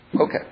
Okay